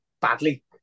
badly